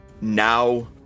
now